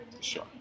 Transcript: Sure